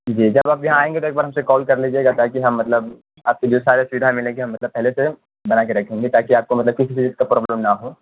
جی جب آپ یہاں آئیں گے تو ایک بار ہم سے کال کر لیجیے گا تاکہ ہم مطلب آپ کو جو سارے سودھا ملے گی مطلب پہلے سے بنا کے رکھیں گے تاکہ آپ کو مطلب کسی چیز کا پرابلم نہ ہو